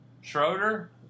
Schroeder